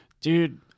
Dude